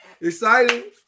Exciting